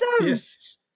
Yes